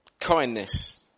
kindness